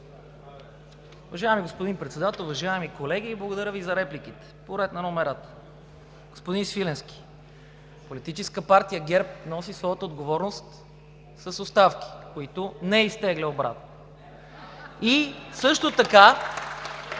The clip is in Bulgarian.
Уважаеми господин Председател! Уважаеми колеги, благодаря Ви за репликите! По ред на номерата. Господин Свиленски, Политическа партия ГЕРБ носи своята отговорност с оставки, които не изтегля обратно. (Ръкопляскания